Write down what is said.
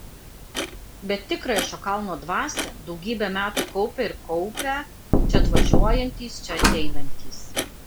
bet tikrąją šio kalno dvasią daugybę metų kaupė ir kaupia čia atvažiuojantys čia ateinantys